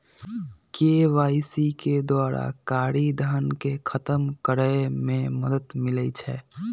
KYC के द्वारा कारी धन के खतम करए में मदद मिलइ छै